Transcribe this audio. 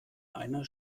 einer